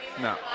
No